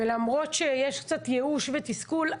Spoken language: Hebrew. ולמרות שיש קצת ייאוש ותסכול,